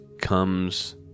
comes